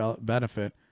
benefit